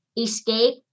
escape